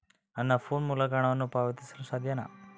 ನನ್ನ ಫೋನ್ ಮೂಲಕ ಹಣವನ್ನು ಪಾವತಿಸಲು ಸಾಧ್ಯನಾ?